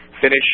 finish